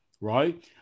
right